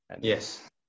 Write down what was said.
Yes